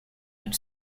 had